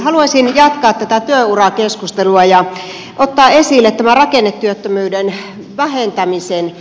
haluaisin jatkaa tätä työurakeskustelua ja ottaa esille tämän rakennetyöttömyyden vähentämisen